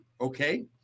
okay